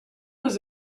was